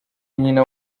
nyina